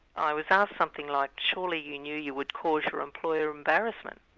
i was asked something like, surely you knew you would cause your employer embarrassment?